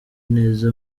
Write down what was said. neza